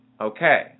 Okay